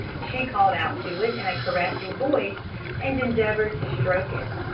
she called out to it in a caressing voice and endeavoured to stroke it.